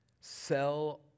sell